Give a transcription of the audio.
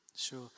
Sure